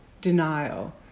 denial